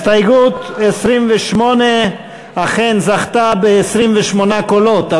הסתייגות 28 אכן זכתה ב-28 קולות,